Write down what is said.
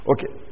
Okay